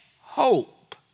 hope